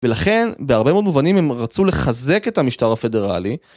ולכן בהרבה מאוד מובנים הם רצו לחזק את המשטר הפדרלי.